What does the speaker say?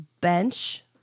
Bench